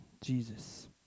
Jesus